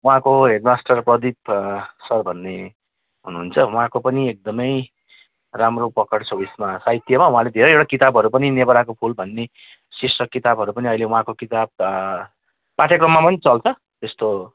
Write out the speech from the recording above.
उहाँको headmaster Pradip sir भन्ने हुनुहुन्छ उहाँको पनि एकदमै राम्रो पकड छ उसमा साहित्यमा उहाँले धेरैवटा किताबहरू पनि नेभाराको फुल भन्ने शिर्षक किताबहरू पनि अहिले उहाँको किताब पाठ्यक्रममा पनि चल्छ त्यस्तो